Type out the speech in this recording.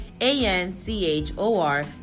a-n-c-h-o-r